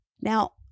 Now